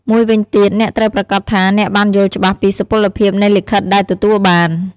មួយវិញទៀតអ្នកត្រូវប្រាកដថាអ្នកបានយល់ច្បាស់ពីសុពលភាពនៃលិខិតដែលទទួលបាន។